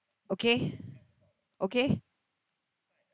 okay okay